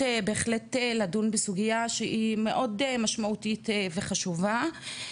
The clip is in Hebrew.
בהחלט לדון בסוגייה שהיא מאוד משמעותית וחשובה.